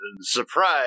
surprise